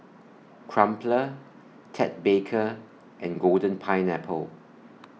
Crumpler Ted Baker and Golden Pineapple